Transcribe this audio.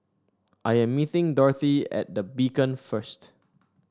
I am meeting Dorthey at The Beacon first